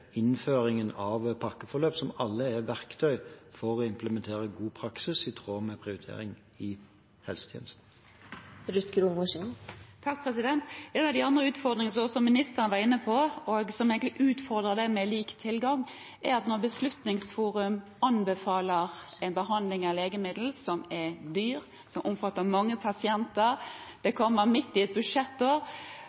innføringen av pakkeforløp, som alle er verktøy for å implementere god praksis i tråd med prioritering i helsetjenesten. En av de andre utfordringene som ministeren var inne på, og som egentlig utfordrer det med lik tilgang, er at når Beslutningsforum anbefaler en behandling som er dyr eller et legemiddel som er dyrt, som omfatter mange pasienter, og det